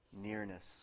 Nearness